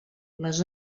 les